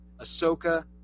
Ahsoka